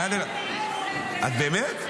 --- באמת?